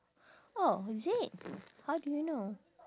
oh is it how do you know